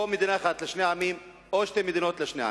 או מדינה אחת לשני עמים או שתי מדינות לשני עמים.